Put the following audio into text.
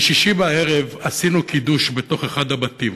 "בשישי בערב עשינו קידוש בתוך אחד הבתים.